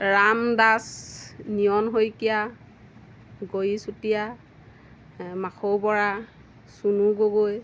Ram Das Niyan Saikia Gouri Chutia Makhou Bora Chunu Gogoi